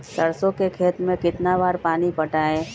सरसों के खेत मे कितना बार पानी पटाये?